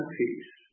peace